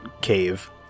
cave